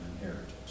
inheritance